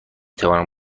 توانم